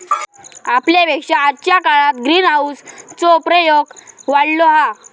पहिल्या पेक्षा आजच्या काळात ग्रीनहाऊस चो प्रयोग वाढलो हा